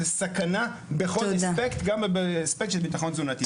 זאת סכנה בכל אספקט גם באספקט של ביטחון תזונתי.